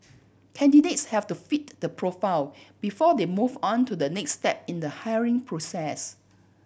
candidates have to fit the profile before they move on to the next step in the hiring process